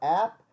app